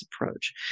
approach